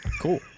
Cool